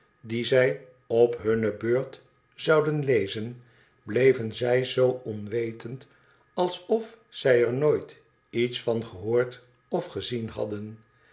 die zij op hunne beurt zouden lezen bleven zij zoo onwetend alsof zij er nooit iets van gehoord of gezien hadden